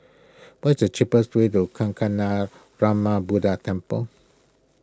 what is the cheapest way to Kancanarama Buddha Temple